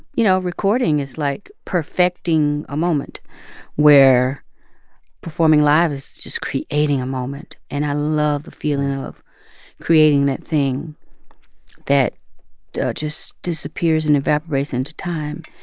you know, recording is like perfecting a moment where performing live is just creating a moment. and i love the feeling of creating that thing that just disappears and evaporates into time.